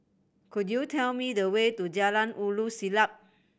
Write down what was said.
could you tell me the way to Jalan Ulu Siglap